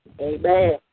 Amen